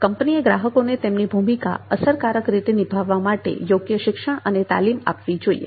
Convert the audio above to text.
કંપનીએ ગ્રાહકોને તેમની ભૂમિકા અસરકારક રીતે નિભાવવા માટે યોગ્ય શિક્ષણ અને તાલીમ આપવી જોઈએ